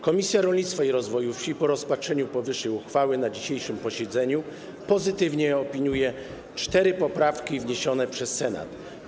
Komisja Rolnictwa i Rozwoju Wsi po rozpatrzeniu powyższej uchwały na dzisiejszym posiedzeniu pozytywnie opiniuje cztery poprawki wniesione przez Senat.